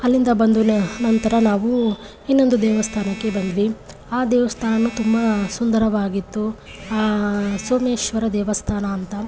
ಅಲ್ಲಿಂದ ಬಂದು ನಂತರ ನಾವು ಇನ್ನೊಂದು ದೇವಸ್ಥಾನಕ್ಕೆ ಬಂದ್ವಿ ಆ ದೇವಸ್ಥಾನವೂ ತುಂಬ ಸುಂದರವಾಗಿತ್ತು ಸೋಮೇಶ್ವರ ದೇವಸ್ಥಾನ ಅಂತ